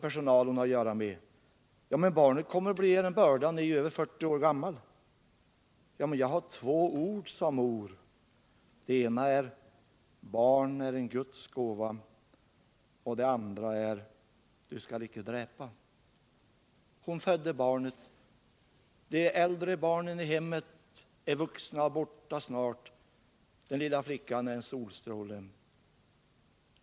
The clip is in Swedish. — Ja, men barnet kommer att bli en börda. Ni är över 40 år gammal. — Ja, men jag har två ord, sa mor. Det ena är Barn är en guds gåva, och det andra är Du skall icke dräpa. Hon födde barnet. De äldre barnen i hemmet är vuxna och borta snart. Den lilla flickan är en solstråle.